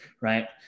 right